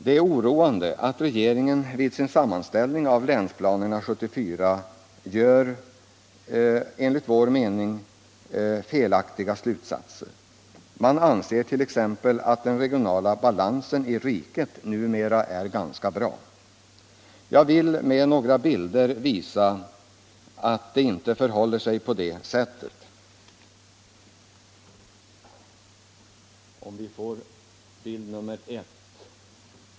Det är oroande att regeringen vid sin sammanställning av länsplanerna 74, enligt vår mening, drar felaktiga slutsatser — man anser t.ex. att den regionala balansen i riket numera är ganska bra. Jag vill med några bilder visa att det inte förhåller sig på det sättet.